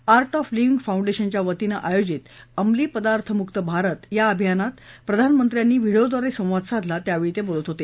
art of living फाऊंडेशनच्या वतीनं आयोजित अंमली पदार्थ मुक्त भारत या अभियानात प्रधानमंत्र्यांनी व्हिडीओद्वारे संवाद साधला त्यावेळी ते बोलत होते